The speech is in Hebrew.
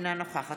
אינה נוכחת